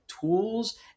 tools